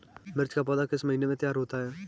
मिर्च की पौधा किस महीने में तैयार होता है?